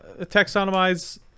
taxonomize